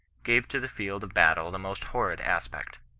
gave to the field of battle the most horrid aspect.